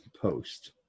post